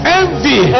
envy